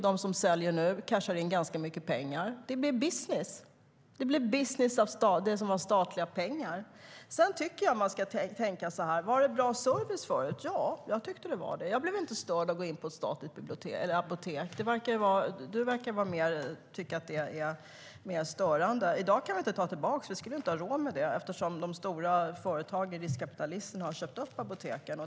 De som säljer nu cashar in ganska mycket pengar. Det blev business av det som var statliga pengar. Jag tycker att man ska tänka: Var det bra service förut? Ja, jag tyckte det var det. Jag blev inte störd av att gå in på ett statligt apotek. Du verkar tycka att det är mer störande. I dag kan vi inte ta tillbaka det. Vi skulle inte ha råd med det eftersom de stora företagen, riskkapitalisterna, har köpt upp apoteken.